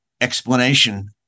explanation